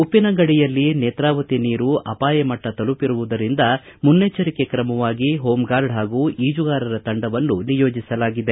ಉಪ್ಪಿನಂಗಡಿಯಲ್ಲಿ ನೇತ್ರಾವತಿ ನೀರು ಅಪಾಯ ಮಟ್ಟ ತಲುಪಿರುವುದರಿಂದ ಮುನ್ನೆಚ್ಚರಿಕೆ ತ್ರಮವಾಗಿ ಹೋಂಗಾರ್ಡ್ ಹಾಗೂ ಈಜುಗಾರರ ತಂಡವನ್ನು ನಿಯೋಜಿಸಲಾಗಿದೆ